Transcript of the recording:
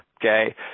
Okay